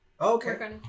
Okay